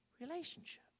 relationship